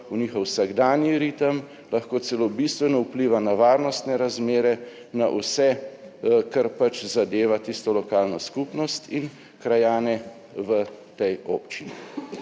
v njihov vsakdanji ritem, lahko celo bistveno vpliva na varnostne razmere, na vse, kar pač zadeva tisto lokalno skupnost in krajane v tej občini.